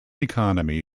economy